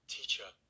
Teacher